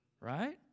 right